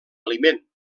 aliment